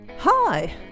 Hi